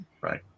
Right